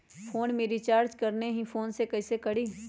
Phone में recharge अपने ही फ़ोन से कईसे करी?